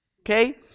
Okay